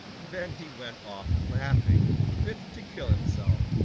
then he went off laughing fit to kill himself.